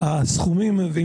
אני לא מטעה אנשים.